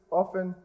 often